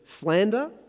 slander